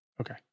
Okay